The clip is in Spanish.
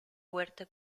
huerto